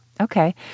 Okay